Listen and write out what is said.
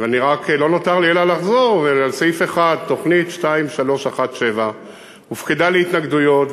ולא נותר לי אלא לחזור על סעיף 1. תוכנית 2317 הופקדה להתנגדויות,